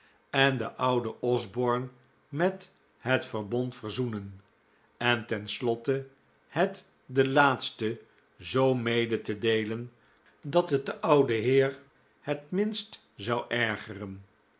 en de oude osborne met het verbond verzoenen en ten slotte het den laatste zoo mede te deelen dat het den ouden heer het minst zou ergeren